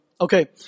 Okay